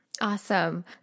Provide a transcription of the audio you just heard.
Awesome